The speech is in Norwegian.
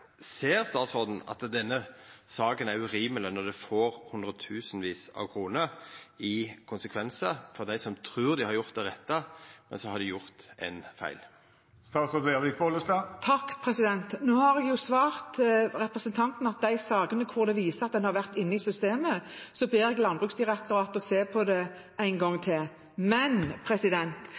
Ser statsråden at denne saka er urimeleg når det får hundretusenvis av kroner i konsekvensar for dei som trur dei har gjort det rette, men som har gjort ein feil? Nå har jeg jo svart representanten at i de sakene hvor det vises at en har vært inne i systemet, ber jeg Landbruksdirektoratet om å se på dem en gang til. Men: